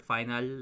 Final